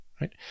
right